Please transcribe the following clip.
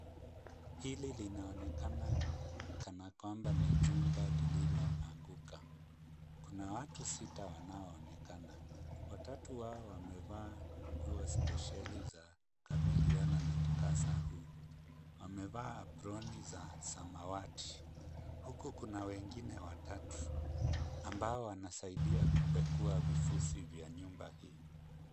Hili linaonekana kana kwamba ni jumba lililoanguka. Kuna watu sita wanaoonekana. Watatu wao wamevaa nguo spesheli za kukabiliana na mkasa huu. Wamevaa aproni za samawati ,huku kuna wengine watatu ambao wanasaidia kupekua vifusi vya nyumba hii.